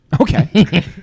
Okay